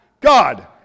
God